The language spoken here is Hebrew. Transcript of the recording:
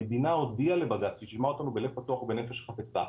המדינה הודיעה לבג"ץ שהיא תשמע אותנו בלב פתוח ובנפש חפצה,